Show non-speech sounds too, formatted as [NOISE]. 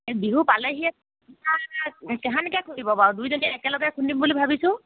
এই বিহু পালেহিয়ে [UNINTELLIGIBLE] কাহানিকে খুন্দিব বাৰু দুইজনীয়ে একেলগে খুন্দিম বুলি ভাবিছোঁ